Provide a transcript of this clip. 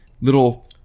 Little